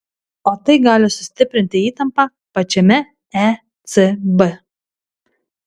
o tai gali sustiprinti įtampą pačiame ecb